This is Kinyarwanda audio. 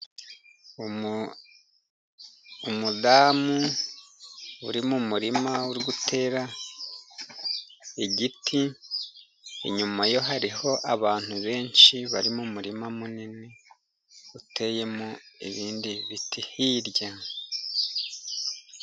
Umudamu uri mu murima wo gutera igiti, inyuma ye hariho abantu benshi, barimo umurima munini uteyemo ibindi biti hirya.